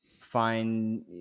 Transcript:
find